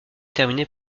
terminée